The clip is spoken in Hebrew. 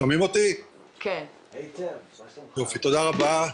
תודה רבה.